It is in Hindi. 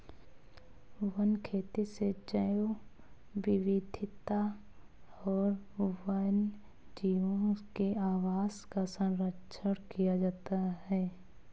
वन खेती से जैव विविधता और वन्यजीवों के आवास का सरंक्षण किया जाता है